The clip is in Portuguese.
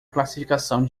classificação